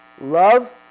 Love